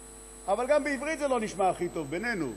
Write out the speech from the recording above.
אבל גם בעברית זה לא נשמע הכי טוב, בינינו: